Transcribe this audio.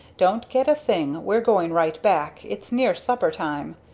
don't get a thing. we're going right back, it's near supper time.